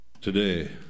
today